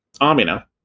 Amina